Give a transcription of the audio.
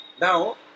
Now